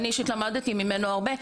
אני, אישית, למדתי ממנו הרבה.